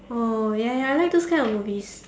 oh ya ya I like those kind of movies